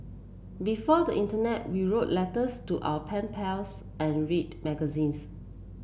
before the internet we wrote letters to our pen pals and read magazines